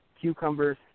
Cucumbers